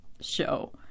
show